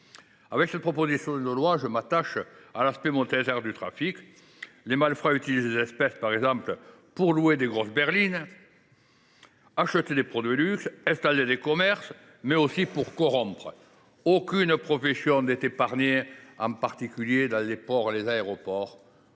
Avec cette proposition de loi, je m’attache à l’aspect monétaire du trafic. Les malfrats utilisent les espèces, par exemple, pour louer de grosses berlines, acheter des produits de luxe, installer des commerces, mais aussi pour corrompre. Aucune profession n’est épargnée, en particulier dans les ports et les aéroports